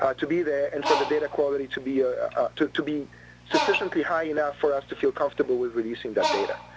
to be there and for the data quality to be ah, ah, to be sufficiently high enough for us to feel comfortable with reusing that data.